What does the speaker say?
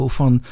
van